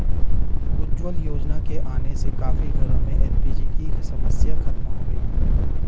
उज्ज्वला योजना के आने से काफी घरों में एल.पी.जी की समस्या खत्म हो गई